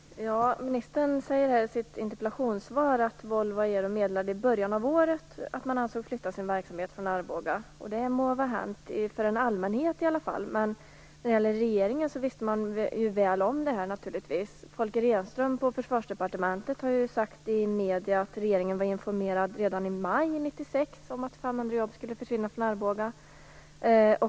Fru talman! Ministern säger i sitt interpellationssvar att Volvo Aero i början av året meddelade att man avsåg flytta sin verksamhet från Arboga. Det må vara hänt att det var så, för allmänheten i alla fall. Men regeringen visste naturligtvis väl om det här. Folke Rehnström på Försvarsdepartementet har ju sagt i medierna att regeringen redan i maj 1996 var informerad om att 500 jobb skulle försvinna från Arboga.